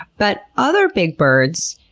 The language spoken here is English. but other big birds,